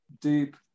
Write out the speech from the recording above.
deep